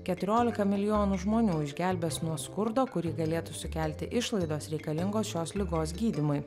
keturiolika milijonų žmonių išgelbės nuo skurdo kurį galėtų sukelti išlaidos reikalingos šios ligos gydymui